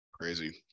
Crazy